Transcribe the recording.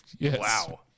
Wow